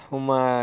uma